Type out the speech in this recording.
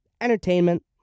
entertainment